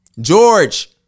George